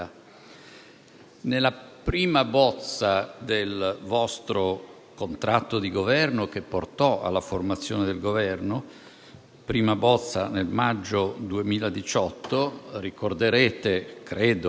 Nella prima bozza del vostro contratto di Governo, che portò alla formazione del Governo, nel maggio 2018, ricorderete il